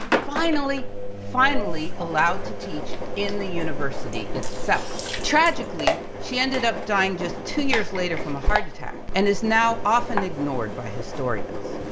finally, finally allowed to teach in the university itself. tragically, she ended up dying just two years later from a heart attack and is now often ignored by historians.